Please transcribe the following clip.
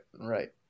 right